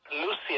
Lucia